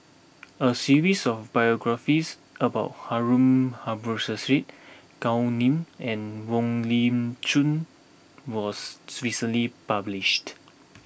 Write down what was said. a series of biographies about Harun Aminurrashid Gao Ning and Wong Lip Chin was recently published